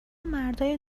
مردای